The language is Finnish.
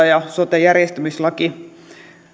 ja sote järjestämislaki